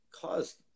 caused